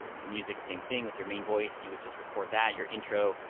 ah the music, same thing, with your main voice, you would just record that, your intro,